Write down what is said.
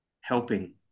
Helping